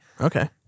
Okay